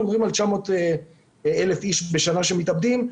מדברים על 1,00-900 איש שמתאבדים בשנה,